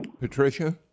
Patricia